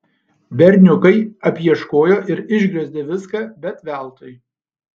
berniukai apieškojo ir išgriozdė viską bet veltui